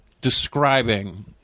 describing